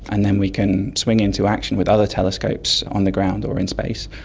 and then we can swing into action with other telescopes on the ground or in space,